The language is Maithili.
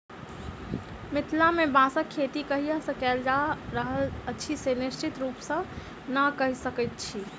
मिथिला मे बाँसक खेती कहिया सॅ कयल जा रहल अछि से निश्चित रूपसॅ नै कहि सकैत छी